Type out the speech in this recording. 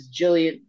Jillian